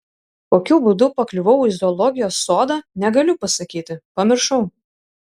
kokiu būdu pakliuvau į zoologijos sodą negaliu pasakyti pamiršau